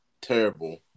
terrible